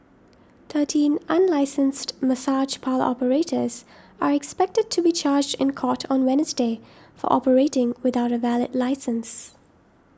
thirteen unlicensed massage parlour operators are expected to be charged in court on Wednesday for operating without a valid licence